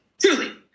Truly